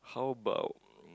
how about